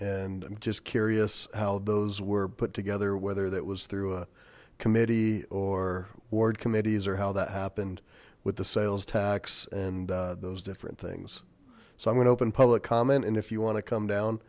and i'm just curious how those were put together whether that was through a committee or ward committees or how that happened with the sales tax and those different things so i'm going to open public comment and if you want to come down